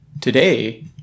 Today